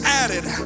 added